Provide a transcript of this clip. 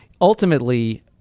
ultimately